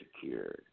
secure